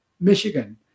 Michigan